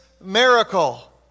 miracle